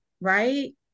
right